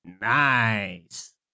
Nice